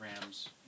rams